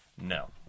No